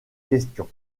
question